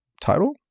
title